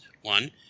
One